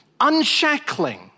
unshackling